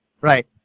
right